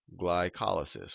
Glycolysis